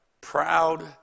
proud